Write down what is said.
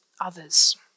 others